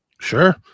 Sure